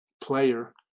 player